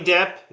Depp